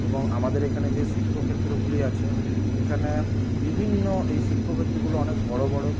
এবং আমদের এখানে যে শিল্পক্ষেত্রগুলি আছে সেখানে বিভিন্ন এই শিল্পক্ষেত্রগুলো অনেক বড়ো বড়ো